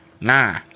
Nah